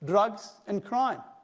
drugs and crime.